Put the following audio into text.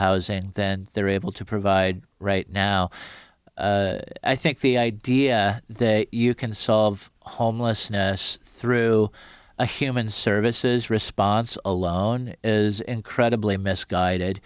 housing then they're able to provide right now i think the idea that you can solve homelessness through a human services respond alone is incredibly misguided